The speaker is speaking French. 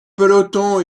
peloton